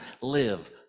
live